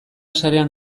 sarean